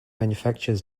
manufactures